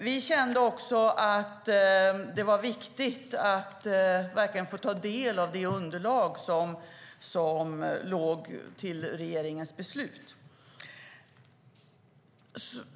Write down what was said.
Vi kände att det var viktigt att få ta del av underlaget till regeringens beslut.